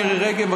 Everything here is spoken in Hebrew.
מירי רגב.